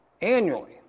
annually